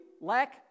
lack